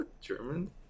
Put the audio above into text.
German